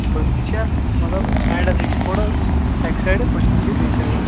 بُتھِ تہِ چھُ اَتھ مطلب سایڈَسٕے چھِ تھوڑا اَکہِ سایڈٕ بُتھِ تہِ چھُ بیٚیہِ سایڈٕ اَتھ